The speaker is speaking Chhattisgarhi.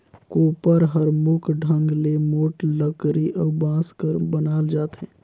कोपर हर मुख ढंग ले मोट लकरी अउ बांस कर बनाल जाथे